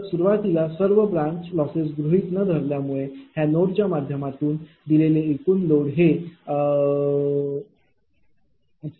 तर सुरुवातीला सर्व ब्रांच लॉसेस गृहीत न धरल्यामुळे ह्या नोडच्या माध्यमातून दिलेले एकूण लोड हे P2PL2PL3PL40